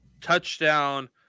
touchdown